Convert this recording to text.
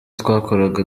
twakoraga